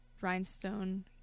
rhinestone